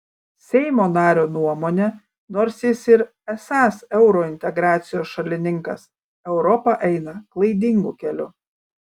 seimo nario nuomone nors jis ir esąs eurointegracijos šalininkas europa eina klaidingu keliu